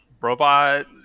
robot